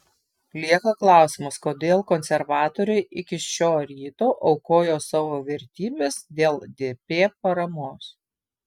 lieka klausimas kodėl konservatoriai iki šio ryto aukojo savo vertybes dėl dp paramos